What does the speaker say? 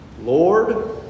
Lord